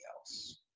else